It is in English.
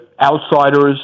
outsiders